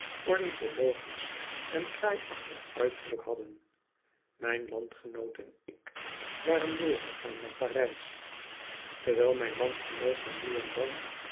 eigenaardig ornithologisch en kraaiachtig uiterlijk hadden mijn landgenoot en ik waren doorgegaan naar parijs terwijl mijn landgenoot mij nu en dan